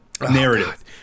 Narrative